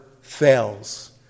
fails